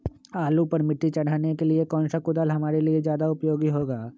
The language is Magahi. आलू पर मिट्टी चढ़ाने के लिए कौन सा कुदाल हमारे लिए ज्यादा उपयोगी होगा?